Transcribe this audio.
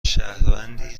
شهروندی